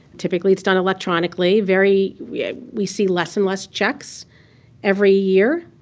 typically, it's done electronically. very we ah we see less and less checks every year.